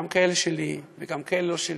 גם כאלה שלי וגם כאלה לא שלי,